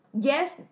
yes